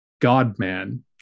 God-man